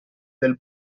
del